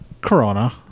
Corona